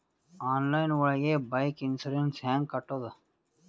Online ಒಳಗೆ bike insurance ಹ್ಯಾಂಗ್ ಕಟ್ಟುದು?